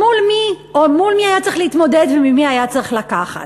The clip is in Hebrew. מול מי היה צריך להתמודד וממי היה צריך לקחת?